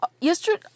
Yesterday